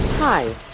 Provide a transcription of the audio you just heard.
Hi